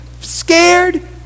scared